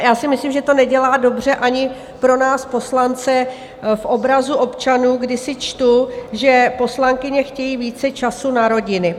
Já si myslím, že to nedělá dobře ani pro nás poslance v obrazu občanů, kdy si čtu, že poslankyně chtějí více času na rodiny.